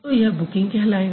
तो यह बुकिंग कहलाएगा